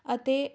ਅਤੇ